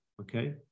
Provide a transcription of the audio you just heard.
okay